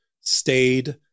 stayed